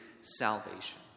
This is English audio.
salvation